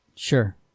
Sure